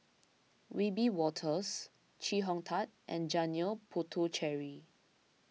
Wiebe Wolters Chee Hong Tat and Janil Puthucheary